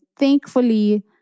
Thankfully